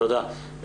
תודה.